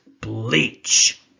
bleach